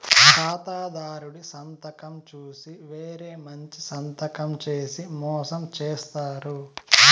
ఖాతాదారుడి సంతకం చూసి వేరే మంచి సంతకం చేసి మోసం చేత్తారు